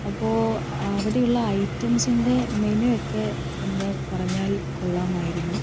അപ്പോൾ അവിടെയുള്ള ഐറ്റംസിൻ്റെ മെനു ഒക്കെ ഒന്നു പറഞ്ഞാൽ കൊള്ളാമായിരുന്നു